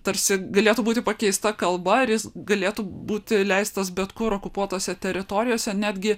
tarsi galėtų būti pakeista kalba ar jis galėtų būti leistas bet kur okupuotose teritorijose netgi